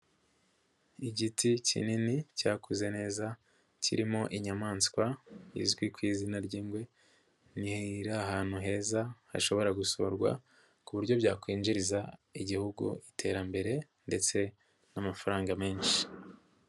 Igiti kinini cyakuze neza kirimo inyamaswa izwi ku izina ry'ingwe iri ahantu heza hashobora gusurwa ku buryo byakwinjiriza Igihugu iterambere ndetse n'amafaranga menshi.